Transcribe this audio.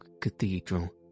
cathedral